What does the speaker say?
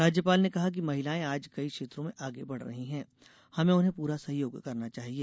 राज्यपाल ने कहा कि महिलाएँ आज कई क्षेत्रों में आगे बढ़ रही हैं हमें उन्हें पूरा सहयोग करना चाहिए